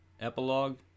Epilogue